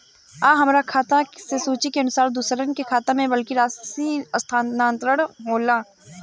आ हमरा खाता से सूची के अनुसार दूसरन के खाता में बल्क राशि स्थानान्तर होखेला?